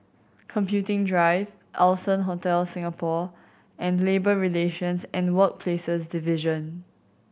Computing Drive Allson Hotel Singapore and Labour Relations and Workplaces Division